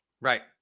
Right